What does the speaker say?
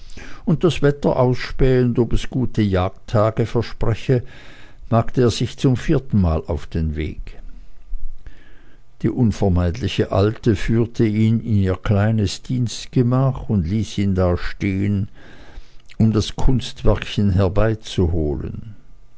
und das wetter ausspähend ob es gute jagdtage verspreche machte er sich zum vierten male auf den weg die unvermeidliche alte führte ihn in ihr kleines dienstgemach und ließ ihn da stehen um das kunstwerkchen herbeizuholen